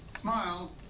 smile